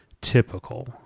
typical